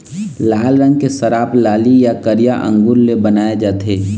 लाल रंग के शराब लाली य करिया अंगुर ले बनाए जाथे